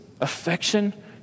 affection